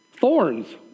Thorns